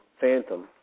Phantom